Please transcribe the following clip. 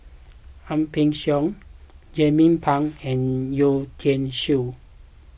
Ang Peng Siong Jernnine Pang and Yeo Tiam Siew